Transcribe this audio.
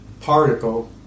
particle